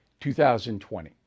2020